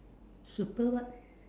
super what